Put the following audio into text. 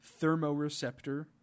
thermoreceptor